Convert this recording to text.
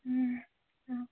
ହୁଁ ହଁ